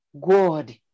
God